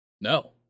No